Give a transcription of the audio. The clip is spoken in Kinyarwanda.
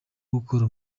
gukora